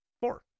four